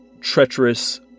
treacherous